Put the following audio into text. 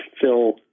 fill